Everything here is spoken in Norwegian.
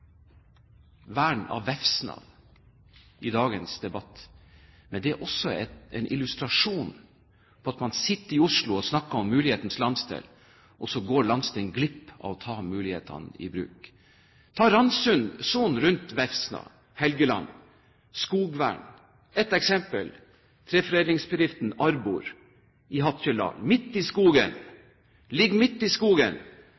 vern av Vefsna i dagens debatt, men det er også en illustrasjon på at man sitter i Oslo og snakker om mulighetenes landsdel, og så går landsdelen glipp av å ta mulighetene i bruk. Ta Ramsund, sonen rundt Vefsna, Helgeland og skogvern. Ett eksempel er treforedlingsbedriften Arbor i Hattfjelldal. Den ligger midt i